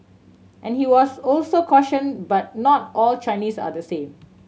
and he was also caution but not all Chinese are the same